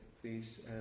please